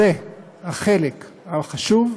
זה החלק החשוב,